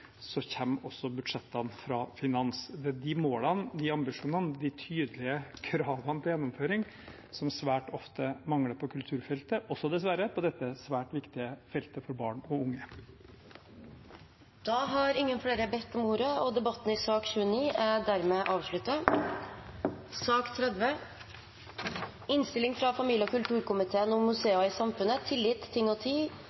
også budsjettene fra Finansdepartementet. Det er de målene, de ambisjonene og de tydelige kravene til gjennomføring som svært ofte mangler på kulturfeltet – dessverre også på dette svært viktige feltet for barn og unge. Flere har ikke bedt om ordet til sak nr. 29. Etter ønske fra familie- og kulturkomiteen vil presidenten ordne debatten slik: 5 minutter til hver partigruppe og